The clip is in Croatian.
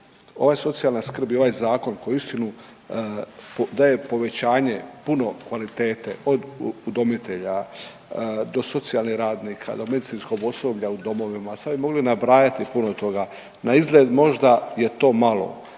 Ova socijalna skrb i ovaj zakon uistinu daje povećanje puno kvalitete od udomitelja, do socijalnih radnika, do medicinskog osoblja u domovima. Sad bi mogli nabrajati puno toga. Naizgled možda je to malo,